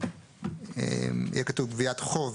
גביית חוב